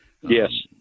Yes